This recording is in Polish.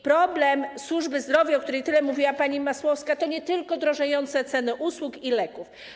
Problem służby zdrowia, o której tyle mówiła pani Masłowska, to nie tylko drożejące ceny usług i leków.